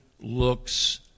looks